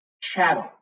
chattel